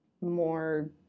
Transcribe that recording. more